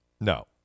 No